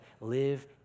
Live